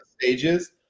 stages